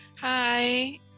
Hi